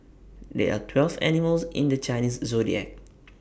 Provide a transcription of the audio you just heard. there are twelve animals in the Chinese Zodiac